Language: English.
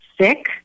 sick